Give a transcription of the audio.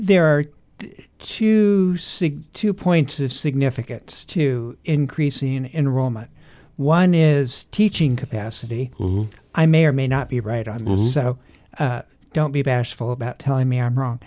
there are huge two points of significance to increasing an enrollment one is teaching capacity i may or may not be right on so don't be bashful about telling me i'm wrong